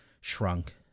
shrunk